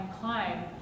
climb